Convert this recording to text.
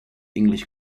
english